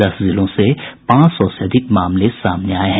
दस जिलों से पांच सौ से अधिक मामले सामने आये हैं